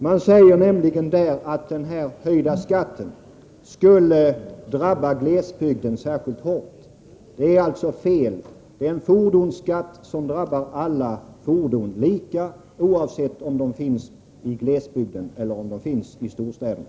Man säger nämligen att höjningen av skatten skulle drabba glesbygden särskilt hårt. Detta är fel. Det är nämligen en fordonsskatt som drabbar alla fordon lika, oavsett om de finns i glesbygden eller i storstäderna.